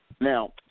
Now